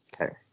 Okay